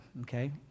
okay